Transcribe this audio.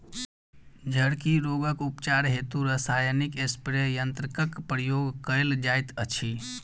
झड़की रोगक उपचार हेतु रसायनिक स्प्रे यन्त्रकक प्रयोग कयल जाइत अछि